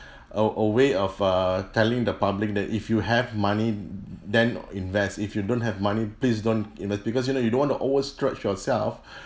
a a way of err telling the public that if you have money then invest if you don't have money please don't invest because you know you don't want to overstretch yourself